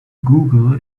google